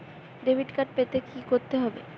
Debit card পেতে হলে কি করতে হবে?